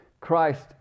Christ